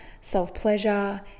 self-pleasure